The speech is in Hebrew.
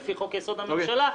לפי חוק-יסוד: הממשלה,